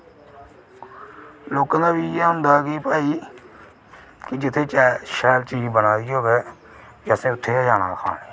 लोकें दा बी इ'यै होंदा कि भाई कि जित्थै शैल चीज़ बना दी होऐ ते असें उत्थै जाना खाने गी